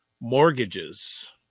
mortgages